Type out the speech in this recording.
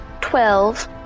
Twelve